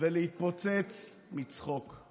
ולהתפוצץ מצחוק.